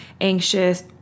anxious